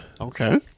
Okay